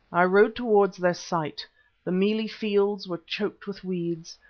i rode towards their site the mealie fields were choked with weeds,